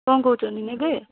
କ'ଣ କହୁଛନ୍ତି ନେବେ